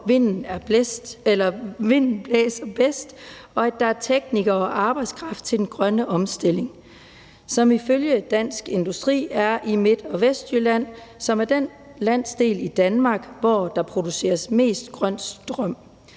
vinden blæser bedst, og at der er teknikere og arbejdskraft til den grønne omstilling, som ifølge Dansk Industri er i Midt- og Vestjylland, som er den landsdel i Danmark, hvor der produceres mest grøn strøm,